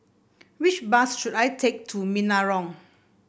which bus should I take to Menarong